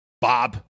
Bob